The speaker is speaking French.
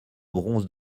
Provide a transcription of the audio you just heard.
bronze